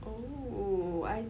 oh I